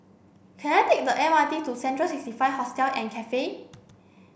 can I take the M R T to Central sixty five Hostel and Cafe